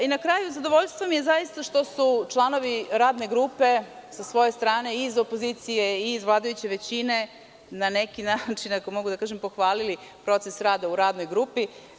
Na kraju, zadovoljstvo mi je zaista što su članovi radne grupe sa svoje strane, i iz opozicije i iz vladajuće većine, na neki način pohvalili proces rada u radnoj grupi.